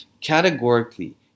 categorically